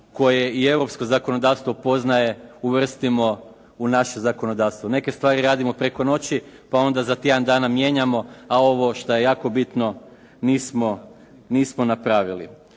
koje i europsko zakonodavstvo poznaje uvrstimo u naše zakonodavstvo. Neke stvari radimo preko noći, pa onda za tjedan dana mijenjamo, a ovo što je jako bitno nismo napravili.